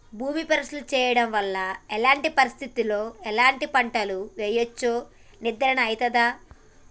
భూమి పరీక్ష చేయించడం వల్ల ఎలాంటి పరిస్థితిలో ఎలాంటి పంటలు వేయచ్చో నిర్ధారణ అయితదా?